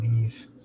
leave